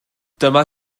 dyma